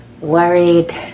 worried